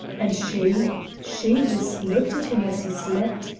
and she she just looked at him as he slept!